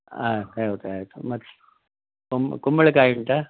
ಹಾಂ ಹೌದ ಆಯಿತು ಮತ್ತು ಕುಮ್ ಕುಂಬಳ ಕಾಯಿ ಉಂಟಾ